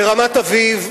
ברמת-אביב,